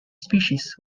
species